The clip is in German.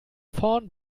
vorn